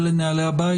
אלו נהלי הבית.